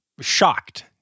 shocked